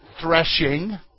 threshing